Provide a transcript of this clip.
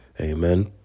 Amen